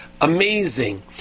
Amazing